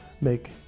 make